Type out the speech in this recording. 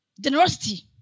generosity